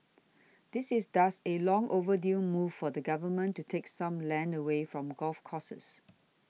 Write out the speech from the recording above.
this is thus a long overdue move for the Government to take some land away from golf courses